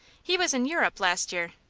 he was in europe last year.